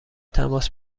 تماس